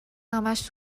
همش